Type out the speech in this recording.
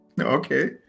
Okay